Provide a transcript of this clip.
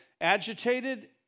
agitated